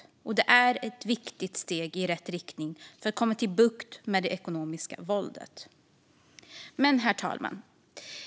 Det är ett viktigt steg i rätt riktning för att få bukt med det ekonomiska våldet. Herr talman!